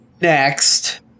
next